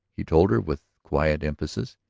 he told her with quiet emphasis.